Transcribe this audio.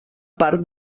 part